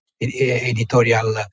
editorial